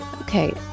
Okay